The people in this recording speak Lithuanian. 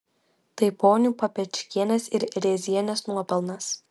tai ponių papečkienės ir rėzienės nuopelnas